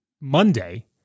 Monday